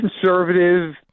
conservative